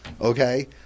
Okay